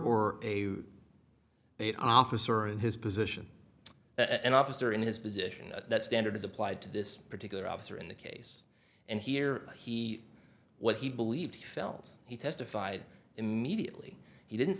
date officer in his position an officer in his position that standard is applied to this particular officer in the case and here he what he believed he felt he testified immediately he didn't